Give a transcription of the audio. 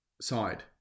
side